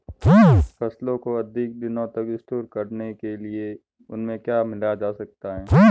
फसलों को अधिक दिनों तक स्टोर करने के लिए उनमें क्या मिलाया जा सकता है?